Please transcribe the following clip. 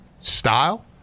Style